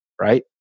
right